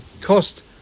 cost